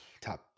top